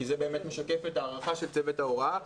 כי זה באמת משקף את ההערכה של צוות ההוראה,